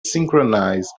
synchronize